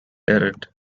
arid